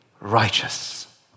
righteous